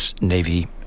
Navy